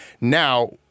Now